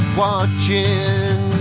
watching